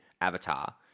Avatar